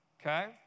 okay